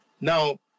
Now